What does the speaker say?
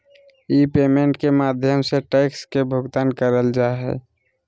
ई payment के माध्यम से टैक्स के भुगतान करल जा हय